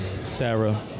Sarah